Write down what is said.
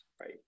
Right